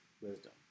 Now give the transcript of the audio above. wisdom